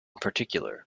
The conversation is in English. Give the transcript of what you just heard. particular